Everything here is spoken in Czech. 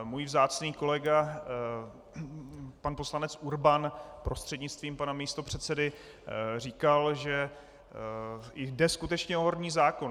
Můj vzácný kolega pan poslanec Urban, prostřednictvím pana místopředsedy říkal, že jde skutečně o horní zákon.